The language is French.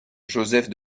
joseph